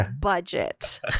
budget